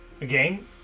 Again